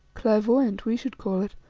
clairvoyante we should call it,